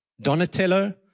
Donatello